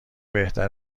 بهتر